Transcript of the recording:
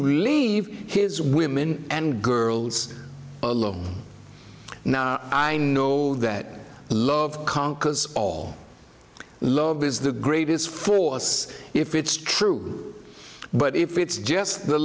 leave his women and girls alone now i know that love conquers all love is the greatest force if it's true but if it's just the